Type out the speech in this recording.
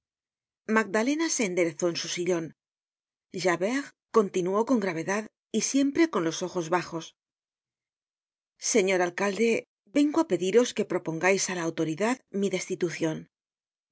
magdalena se enderezó en su sillon javert continuó con gravedad y siempre con los ojos bajos señor alcalde vengo á pediros que propongais á la autoridad mi destitucion